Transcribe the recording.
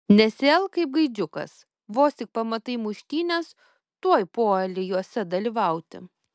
nesielk kaip gaidžiukas vos tik pamatai muštynes tuoj puoli jose dalyvauti